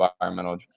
environmental